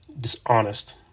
dishonest